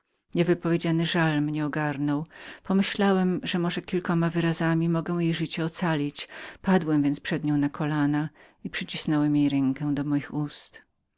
lodem niewypowiedziany żal mnie ogarnął pomyślałem że może kilkoma wyrazami mogę jej życie ocalić padłem więc przed nią na kolana i przycisnąłem jej rękę do moich ust